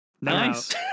Nice